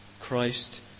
Christ